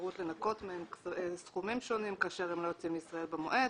האפשרות לנכות מהם סכומים שונים כאשר הם לא יוצאים מישראל במועד